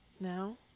now